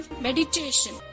Meditation